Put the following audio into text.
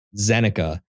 Zeneca